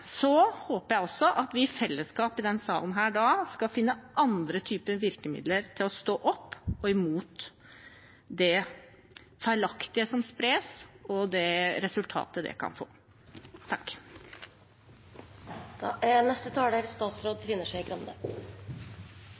Så vi kommer til å jobbe for at de skal få bedre økonomiske rammer. Men når det er sagt, håper jeg også at vi i fellesskap i denne salen skal finne andre typer virkemidler til å stå opp imot det feilaktige som spres, og det resultatet det kan få.